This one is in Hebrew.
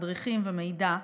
מדריכים ומידע,